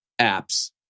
apps